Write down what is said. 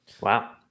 Wow